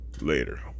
Later